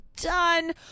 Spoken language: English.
done